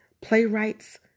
playwright's